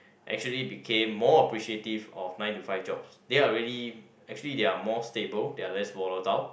actually became more appreciative of nine to five jobs they are really actually they are more stable they are less volatile